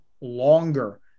longer